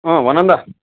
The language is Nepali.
अँ भन ल